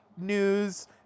news